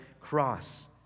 cross